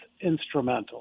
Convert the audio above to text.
instrumental